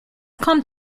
kommt